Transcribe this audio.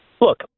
Look